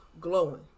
glowing